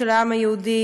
של העם היהודי,